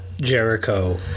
Jericho